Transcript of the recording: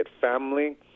family